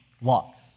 walks